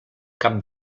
cap